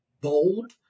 bold